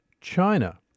China